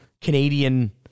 Canadian